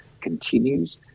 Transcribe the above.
continues